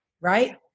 right